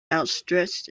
outstretched